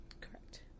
Correct